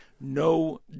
no